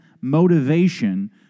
motivation